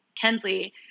Kensley